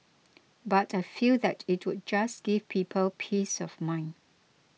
but I feel that it would just give people peace of mind